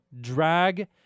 drag